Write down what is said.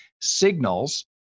signals